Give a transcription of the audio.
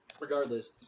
Regardless